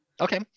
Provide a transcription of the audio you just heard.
Okay